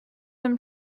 them